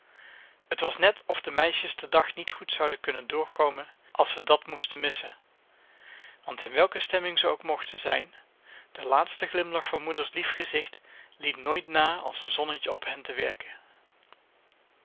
t was net of de meisjes den dag niet goed zouden kunnen doorkomen als ze dat moesten missen want in welke stemming ze ook mochten zijn de laatste glimlach van moeders lief gezicht liet nooit na als een zonnetje op hen te werken